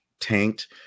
tanked